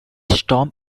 storm